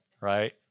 right